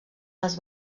les